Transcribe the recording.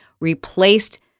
replaced